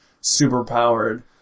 super-powered